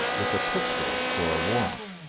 with a pistol for a warrant.